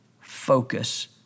focus